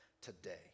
today